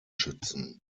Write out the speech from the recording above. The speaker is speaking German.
schützen